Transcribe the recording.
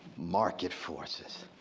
market forces.